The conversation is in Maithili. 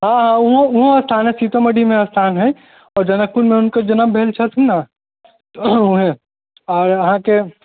हँ हँ ओहो ओहो स्थान हइ सीतोमढ़ीमे स्थान हइ ओ जनकपुरमे हुनकर जन्म भेल छथिन ने तऽ उएह आओर अहाँके